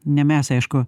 ne mes aišku